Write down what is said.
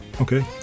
Okay